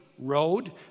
Road